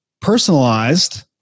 personalized